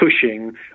pushing